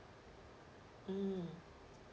mm